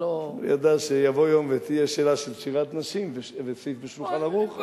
הוא ידע שיבוא יום ותהיה שאלה של שירת נשים וסעיף ב"שולחן ערוך",